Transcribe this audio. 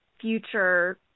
future